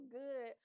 good